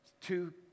two